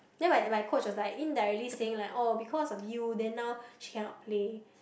then like like coach was like indirectly saying like oh because of you then now she cannot play